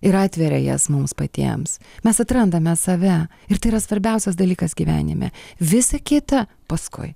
ir atveria jas mums patiems mes atrandame save ir tai yra svarbiausias dalykas gyvenime visa kita paskui